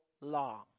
long